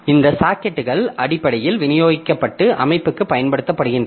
இந்த சாக்கெட்டுகள் அடிப்படையில் விநியோகிக்கப்பட்ட அமைப்புக்கு பயன்படுத்தப்படுகின்றன